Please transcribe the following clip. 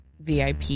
VIP